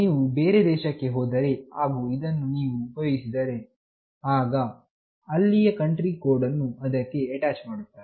ನೀವು ಬೇರೆ ದೇಶಕ್ಕೆ ಹೋದರೆ ಹಾಗು ಇದನ್ನು ನೀವು ಉಪಯೋಗಿಸಿದರೆ ಆಗ ಅಲ್ಲಿಯ ಕಂಟ್ರಿ ಕೋಡ್ ಅನ್ನು ಅದಕ್ಕೆ ಅಟ್ಯಾಚ್ ಮಾಡುತ್ತಾರೆ